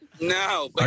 No